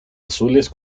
azules